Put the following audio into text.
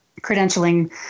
credentialing